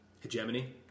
Hegemony